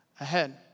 ahead